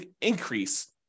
increase